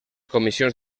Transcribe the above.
comissions